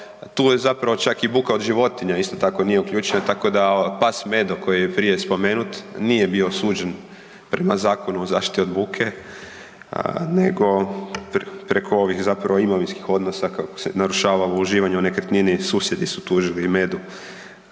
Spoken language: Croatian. tu je zapravo čak i buka od životinja isto tako nije uključena, tako da pas Medo koji je prije spomenut nije bio suđen prema Zakonu o zaštiti od buke nego preko ovih imovinskih odnosa kako se narušava u uživanju nekretnini, susjedi su tužili Medu